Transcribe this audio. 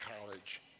college